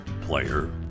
player